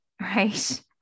right